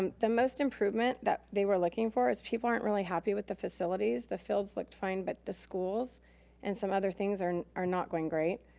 um the most improvement that they were looking for is people aren't really happy with the facilities. the fields looked fine, but the schools and some other things are are not going great.